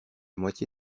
moitié